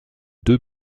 deux